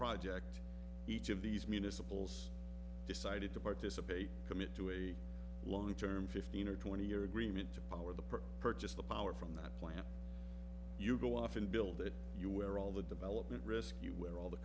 project each of these municipal zz decided to participate commit to a long term fifteen or twenty year agreement to power the purchase the power from that plant you go off and build it you where all the development risk you where all the